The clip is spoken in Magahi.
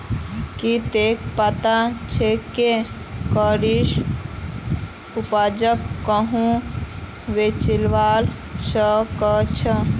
की तोक पता छोक के कृषि उपजक कुहाँ बेचवा स ख छ